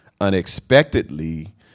unexpectedly